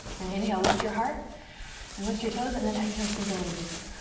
and inhale, lift your heart and lift your toes. and then exhale, sink a little deeper.